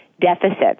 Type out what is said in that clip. deficits